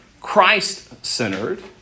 Christ-centered